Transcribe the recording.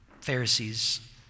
Pharisees